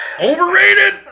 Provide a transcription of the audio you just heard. Overrated